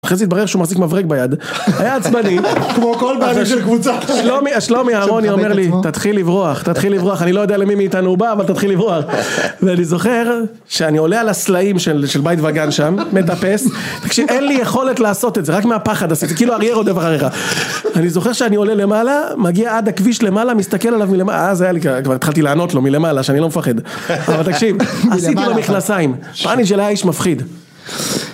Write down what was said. אחרי זה התברר שהוא מחזיק מברק ביד, היה עצבני, כמו כל בעלים של קבוצה פה. שלומי ארמוני אומר לי, תתחיל לברוח, תתחיל לברוח, אני לא יודע למי מאיתנו הוא בא, אבל תתחיל לברוח. ואני זוכר שאני עולה על הסלעים של בית וגן שם, מטפס, כשאין לי יכולת לעשות את זה, רק מהפחד עשיתי, כאילו אריה רודף אחריך. אני זוכר שאני עולה למעלה, מגיע עד הכביש למעלה, מסתכל עליו מלמעלה, אז היה לי ככה, כבר התחלתי לענות לו מלמעלה, שאני לא מפחד. אבל תקשיב, עשיתי במכנסיים, פאניש היה איש מפחיד.